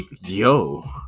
Yo